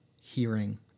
hearing